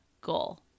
goal